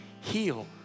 heal